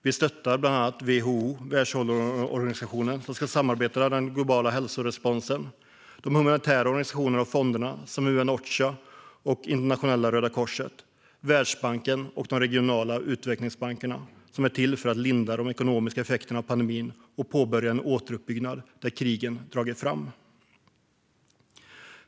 Vi stöttar bland annat WHO, Världshälsoorganisationen, som ska samarbeta gällande den globala hälsoresponsen. Vi stöder de humanitära organisationerna och fonderna, som UN Ocha och Internationella Röda Korset, liksom Världsbanken och de regionala utvecklingsbankerna, som är till för att lindra de ekonomiska effekterna av pandemin och påbörja en återuppbyggnad där krigen dragit fram.